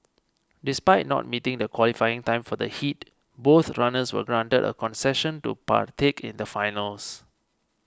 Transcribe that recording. despite not meeting the qualifying time for the heat both runners were granted a concession to partake in the finals